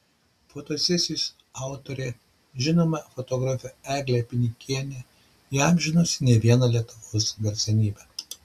fotosesijos autorė žinoma fotografė eglė pinikienė įamžinusi ne vieną lietuvos garsenybę